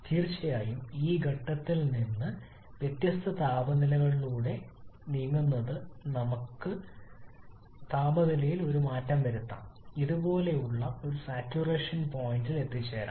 തീർച്ചയായും ഈ ഘട്ടത്തിൽ നിന്ന് വ്യത്യസ്ത താപനില നിലകളിലൂടെ നീങ്ങുന്നത് പോലെ നമുക്ക് താപനിലയിൽ ഒരു മാറ്റം വരുത്താം ഇതുപോലുള്ള ഒരു സാച്ചുറേഷൻ പോയിന്റിൽ എത്തിച്ചേരാം